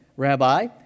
Rabbi